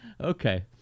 Okay